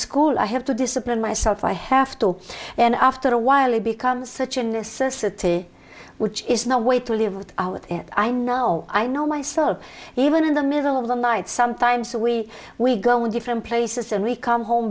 school i have to discipline myself i have to and after a while it becomes such a necessity which is no way to live i know i know myself even in the middle of the night sometimes we we go in different places and we come home